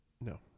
No